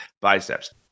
biceps